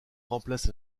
remplace